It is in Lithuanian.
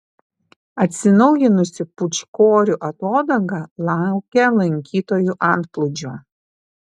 atsinaujinusi pūčkorių atodanga laukia lankytojų antplūdžio